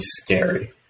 scary